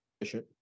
efficient